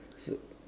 s~